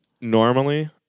normally